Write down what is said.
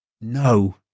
no